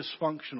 dysfunctional